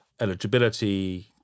eligibility